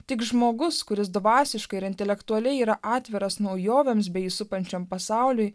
tik žmogus kuris dvasiškai ir intelektualiai yra atviras naujovėms bei supančiam pasauliui